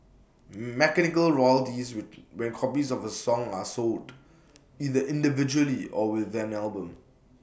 mechanical royalties when copies of A song are sold either individually or with an album